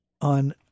on